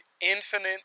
infinite